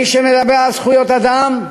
מי שמדבר על זכויות אדם,